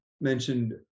mentioned